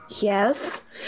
Yes